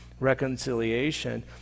reconciliation